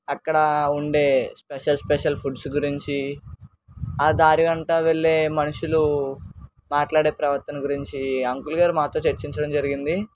అక్కడ ఉండే special special foods గురించి ఆ దారి అంతా వెళ్ళే మనుషులు మాట్లాడే ప్రవర్తన గురించి అంకుల్గారు మాతో చర్చించడం జరిగింది